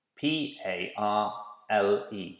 P-A-R-L-E